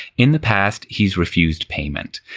in the past, he's refused payment.